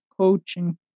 coaching